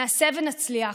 נעשה ונצליח.